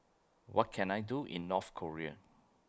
What Can I Do in North Korea